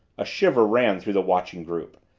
a shiver ran through the watching group.